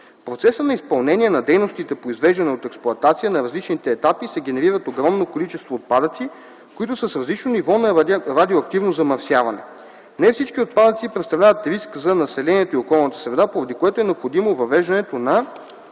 процеса на изпълнение на дейностите по извеждане от експлоатация на различните етапи се генерират огромно количество отпадъци, които са с различно ниво на радиоактивно замърсяване. Не всички отпадъци представляват риск за населението и околната среда, поради което е необходимо въвеждането на